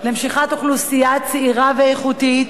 במשיכת אוכלוסייה צעירה ואיכותית,